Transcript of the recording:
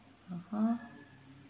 (uh huh)